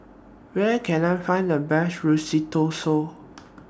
Where Can I Find The Best Risotto